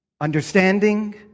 Understanding